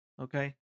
Okay